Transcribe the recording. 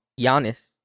Giannis